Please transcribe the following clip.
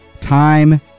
time